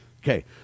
Okay